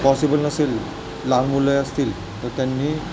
possible नसेल लहान मुले असतील तर त्यांनी